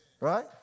right